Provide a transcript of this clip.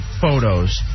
photos